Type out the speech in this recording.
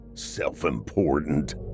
self-important